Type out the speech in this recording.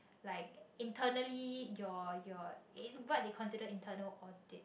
like internally your your uh what did consider internal audit